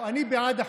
אני בעד החוק.